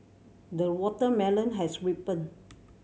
the watermelon has ripened